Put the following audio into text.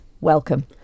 welcome